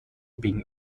wegen